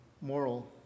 moral